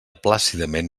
plàcidament